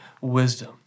wisdom